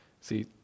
See